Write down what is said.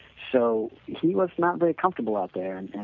so, he was not very comfortable out there and